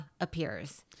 appears